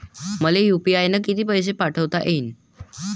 मले यू.पी.आय न किती पैसा पाठवता येईन?